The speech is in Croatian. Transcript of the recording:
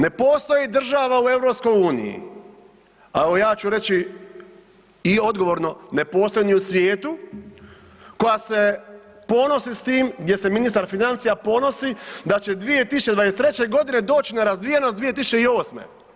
Ne postoji država u EU a evo ja ću reći i odgovorno, ne postoji ni u svijetu koja se ponosi s tim gdje se ministar financija ponosi da će 2023. g. doći na razvijenost 2008.